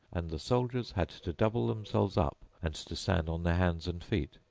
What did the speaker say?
and the soldiers had to double themselves up and to stand on their hands and feet,